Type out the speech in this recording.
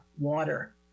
water